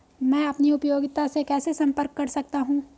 मैं अपनी उपयोगिता से कैसे संपर्क कर सकता हूँ?